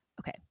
Okay